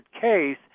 case